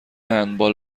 هندبال